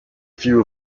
few